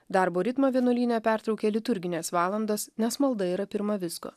darbo ritmą vienuolyne pertraukia liturgines valandas nes malda yra pirma visko